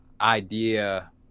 idea